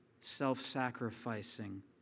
self-sacrificing